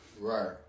Right